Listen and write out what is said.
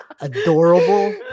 Adorable